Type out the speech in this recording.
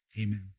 Amen